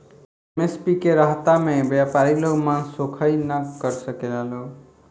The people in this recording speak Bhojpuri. एम.एस.पी के रहता में व्यपारी लोग मनसोखइ ना कर सकेला लोग